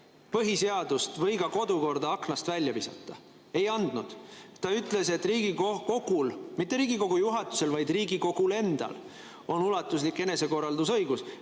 põhiseadust või ka kodukorda aknast välja visata. Ei andnud! Ta ütles, et Riigikogul – mitte Riigikogu juhatusel, vaid Riigikogul endal – on ulatuslik enesekorraldusõigus.